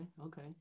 okay